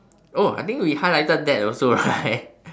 oh I think we highlighted that also right